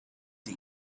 die